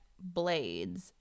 blades